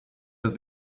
with